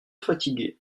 fatigué